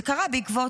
זה קרה בעקבות,